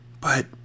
But